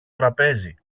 τραπέζι